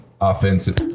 offensive